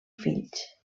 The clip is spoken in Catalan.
fills